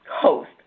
host